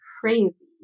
crazy